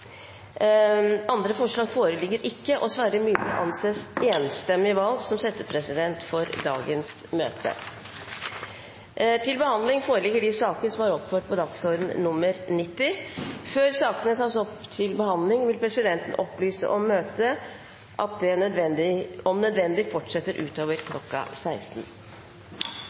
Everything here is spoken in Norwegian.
Andre forslag foreligger ikke, og Sverre Myrli anses enstemmig valgt som settepresident for dagens møte. Før sakene på dagens kart tas opp til behandling, vil presidenten opplyse om at møtet om nødvendig fortsetter utover kl. 16.